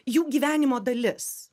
jų gyvenimo dalis